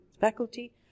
faculty